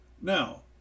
Now